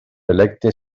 electe